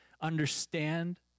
understand